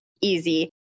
easy